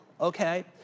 okay